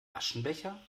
aschenbecher